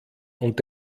und